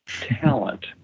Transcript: talent